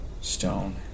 stone